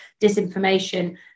disinformation